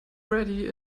ready